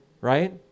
right